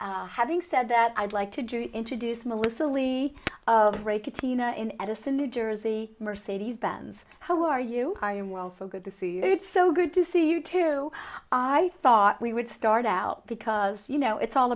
but having said that i'd like to do it introduce melissa lee of break it tina in edison new jersey mercedes benz how are you i am well so good to see you it's so good to see you too i thought we would start out because you know it's all